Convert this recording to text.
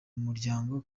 muryango